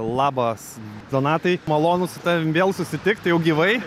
labas donatai malonu su tavim vėl susitikt jau gyvai